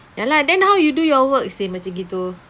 ya lah then how you do your work seh macam gitu